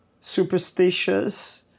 superstitious